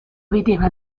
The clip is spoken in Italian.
vedeva